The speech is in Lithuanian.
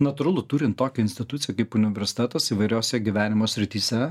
natūralu turint tokią instituciją kaip universitetas įvairiose gyvenimo srityse